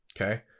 Okay